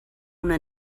una